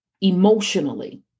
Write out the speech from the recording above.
emotionally